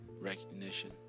recognition